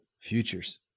futures